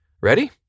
Ready